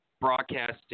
broadcasting